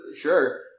sure